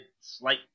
slight